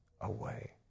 away